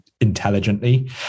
intelligently